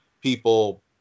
people